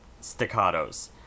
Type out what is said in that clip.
staccatos